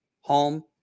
home